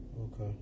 Okay